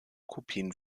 kopien